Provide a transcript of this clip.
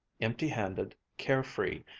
empty-handed, care-free,